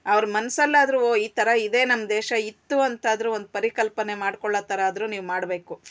ಅವ್ರ ಮನಸಲ್ಲಾದ್ರೂ ಓ ಈ ಥರ ಇದೆ ನಮ್ಮ ದೇಶ ಇತ್ತು ಅಂತಾದ್ರೂ ಒಂದು ಪರಿಕಲ್ಪನೆ ಮಾಡಿಕೊಳ್ಳೋ ಥರ ಆದರೂ ನೀವು ಮಾಡಬೇಕು